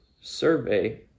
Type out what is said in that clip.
survey